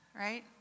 right